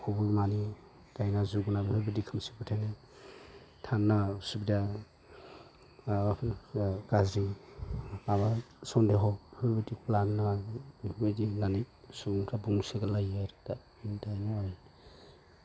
गावखौ बिमानि दायना जुग होननानै बेबादि खोमसि फोथायनाय थानो नाङा उसुबिदा माबाफोर गाज्रि माबा सन्देह' बेफोर बादिखौ लानो नाङा बेफोरबादि होननानै सुबुंफोरा बुंसोना लायो आरो दा